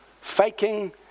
faking